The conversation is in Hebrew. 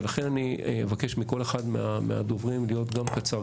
לכן אני אבקש מכל אחד מהדוברים להיות גם קצר,